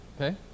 Okay